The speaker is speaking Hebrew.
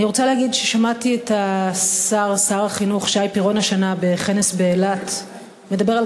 אני רוצה להגיד ששמעתי את שר החינוך שי פירון בכנס באילת השנה מדבר על